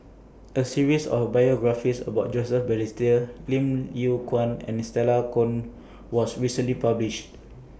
A series of biographies about Joseph Balestier Lim Yew Kuan and Stella Kon was recently published